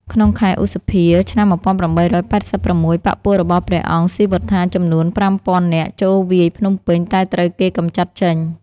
ក្នុងខែឧសភា ឆ្នាំ ១៨៨៦ បក្សពួករបស់ព្រះអង្គស៊ីវត្ថាចំនួន ៥០០០ នាក់ចូលវាយភ្នំពេញ តែត្រូវគេកម្ចាត់ចេញ។